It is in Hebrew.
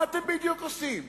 מה בדיוק אתם עושים?